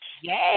Yay